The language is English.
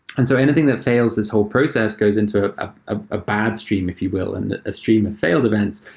and so anything that fails this whole process goes into ah ah ah a bad stream, if you will, and a stream of failed events.